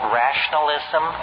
rationalism